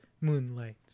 Moonlight